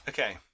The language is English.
Okay